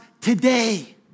today